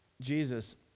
Jesus